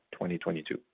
2022